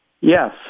Yes